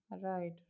Right